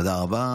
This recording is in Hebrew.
תודה רבה.